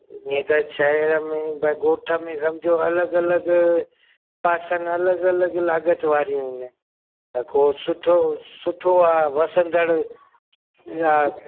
हीअं त शहर में ॿ ॻोठ में सम्झो अलॻि अलॻि पासन अलॻि अलॻि लागत वारियूं आहिनि त को सुठो सुठो आहे वसंदणु आहे